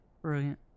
brilliant